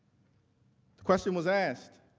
the question was asked,